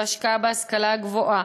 והשקעה בהשכלה הגבוהה,